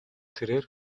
тэрээр